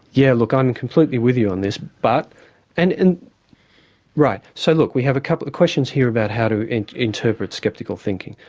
yeah look i'm completely with you on this. but and and right, so look, we have a couple of questions here about how to interpret sceptical thinking.